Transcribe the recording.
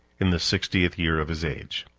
in the sixtieth year of his age.